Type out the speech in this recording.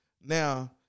Now